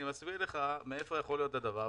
אני מסביר לך מאין יכול לנבוע הדבר,